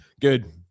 Good